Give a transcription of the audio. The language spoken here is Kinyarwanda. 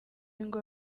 ngo